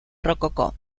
rococó